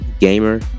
gamer